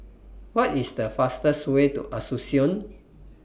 What IS The fastest Way to Asuncion